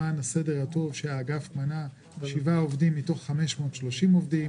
האגף מנה שבעה עובדים מתוך 530 עובדים